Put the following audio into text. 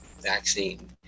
vaccine